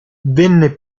venne